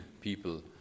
people